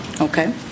Okay